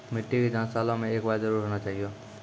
मिट्टी के जाँच सालों मे एक बार जरूर होना चाहियो?